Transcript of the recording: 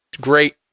great